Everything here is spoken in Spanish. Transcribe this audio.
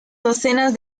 docenas